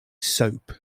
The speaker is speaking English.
soap